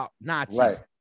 Nazis